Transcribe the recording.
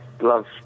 Love